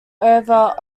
over